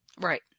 Right